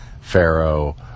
pharaoh